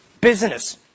business